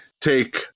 Take